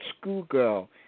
Schoolgirl